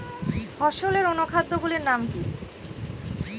ফসলের অনুখাদ্য গুলির নাম কি?